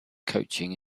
coaching